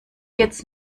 jetzt